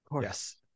Yes